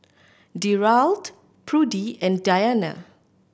Derald Prudie and Dianna